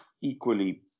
equally